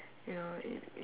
you know it it